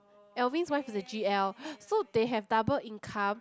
Alvin wife is a G_L so they have double income